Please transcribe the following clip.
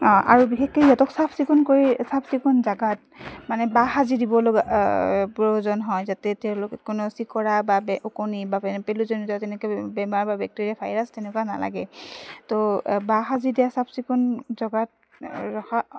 আৰু বিশেষকৈ সিহঁতক চাফ চিকুণ কৰি চাফ চিকুণ জেগাত মানে বাহ সাজি দিব লগা প্ৰয়োজন হয় যাতে তেওঁলোক কোনো চিকৰা বা ওকণি বা পেলুজনিত যেনেকৈ বেমাৰ বা বেক্টৰীয়া বা ভাইৰাছ তেনেকুৱা নালাগে ত' বাহ সাজি দিয়া চাফ চিকুণ জেগাত ৰখা